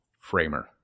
framer